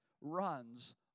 runs